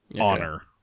honor